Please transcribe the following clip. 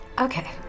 Okay